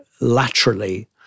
laterally